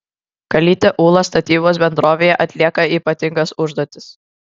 kalytė ūla statybos bendrovėje atlieka ypatingas užduotis